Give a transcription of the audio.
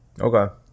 Okay